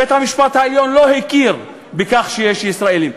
בית-המשפט העליון לא הכיר בכך שיש ישראלים.